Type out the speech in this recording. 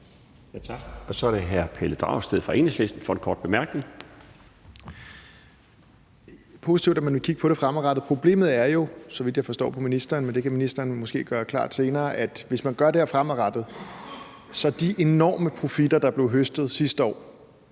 Så er det hr. Pelle Dragsted fra Enhedslisten for en kort bemærkning. Kl. 12:31 Pelle Dragsted (EL): Det er positivt, at man vil kigge på det fremadrettet. Problemet er jo, så vidt jeg forstår på ministeren – det kan ministeren måske gøre klart senere – at hvis man gør det her fremadrettet, bliver de enorme profitter, der blev høstet sidste år